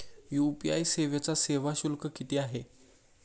UPI सेवेचा सेवा शुल्क किती आहे?